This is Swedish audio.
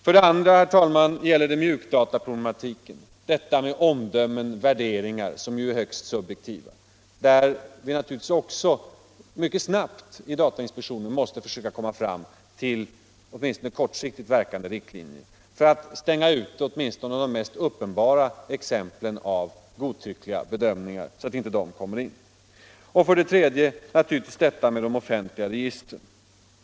För det andra, herr talman, gäller det mjukdatatekniken — detta med omdömen och värderingar, som ju är högst subjektiva och där vi i datainspektionen naturligtvis också mycket snabbt måste komma fram till åtminstone kortsiktigt verkande riktlinjer för att stänga ute de mest uppenbara fallen av godtyckliga bedömningar. För det tredje gäller det de offentliga registren.